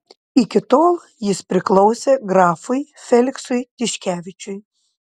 iki tol jis priklausė grafui feliksui tiškevičiui